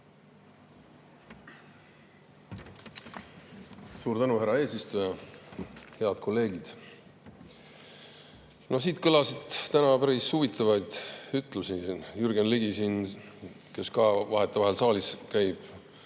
Suur tänu, härra eesistuja! Head kolleegid! Siit kõlas täna päris huvitavaid ütlusi. Jürgen Ligi kohta, kes ka vahetevahel saalis käib,